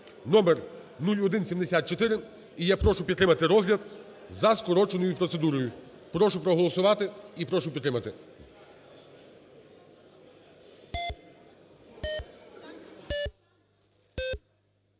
(№ 0174). І я прошу підтримати розгляд за скороченою процедурою. Прошу проголосувати і прошу підтримати.